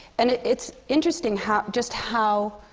and it's interesting how just how